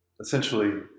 essentially